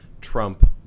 Trump